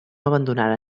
abandonaren